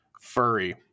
furry